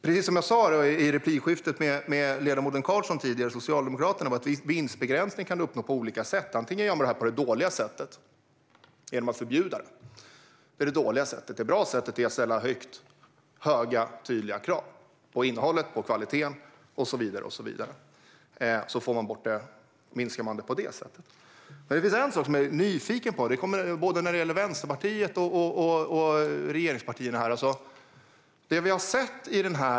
Precis som jag sa i det tidigare replikskiftet med ledamoten Niklas Karlsson från Socialdemokraterna kan vinstbegränsning uppnås på olika sätt, antingen på det dåliga sättet genom att förbjuda eller på det bra sättet genom att ställa höga och tydliga krav på innehåll, kvalitet och så vidare. En sak är jag nyfiken på när det gäller Vänsterpartiet och regeringspartierna.